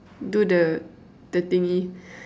do the the thingy